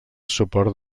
suport